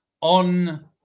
on